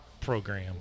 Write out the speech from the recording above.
program